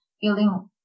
feeling